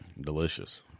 delicious